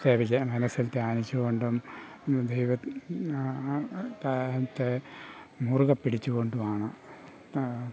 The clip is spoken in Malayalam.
ത്തെ മനസ്സിൽ ധ്യാനിച്ചുകൊണ്ടും ദൈവത്തെ മുറുകെ പിടിച്ചുകൊണ്ടുമാണ്